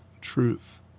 truth